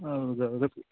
ಹೌದೌದು